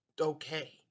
okay